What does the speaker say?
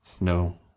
No